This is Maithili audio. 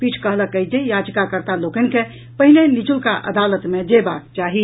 पीठ कहलक अछि जे याचिकाकर्ता लोकनि के पहिने निचुलका अदालत मे जयबाक चाही